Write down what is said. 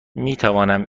میتوانم